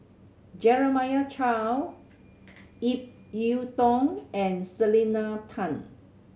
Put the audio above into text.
Jeremiah Choy Ip Yiu Tung and Selena Tan